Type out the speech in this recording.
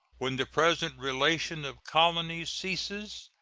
when the present relation of colonies ceases,